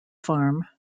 farm